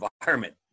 environment